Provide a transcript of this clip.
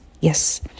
Yes